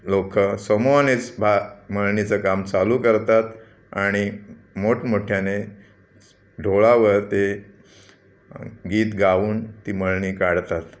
लोकं समूहानेच भात मळणीचं काम चालू करतात आणि मोठमोठ्याने ढोलावर ते गीत गाऊन ती मळणी काढतात